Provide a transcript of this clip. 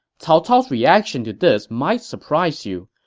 cao cao's reaction to this might surprise you.